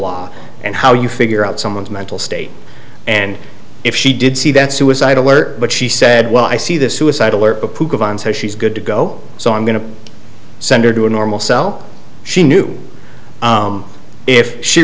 law and how you figure out someone's mental state and if she did see that suicide alert but she said well i see the suicidal are given so she's good to go so i'm going to send her to a normal cell she knew if she